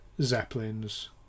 Zeppelins